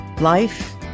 life